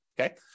okay